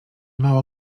mało